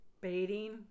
Baiting